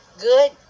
Good